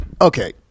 okay